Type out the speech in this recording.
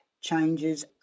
changes